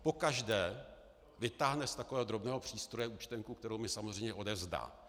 Pokaždé vytáhne z takového drobného přístroje účtenku, kterou mi samozřejmě odevzdá.